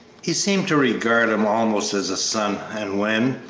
he seemed to regard him almost as a son, and when,